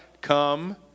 Come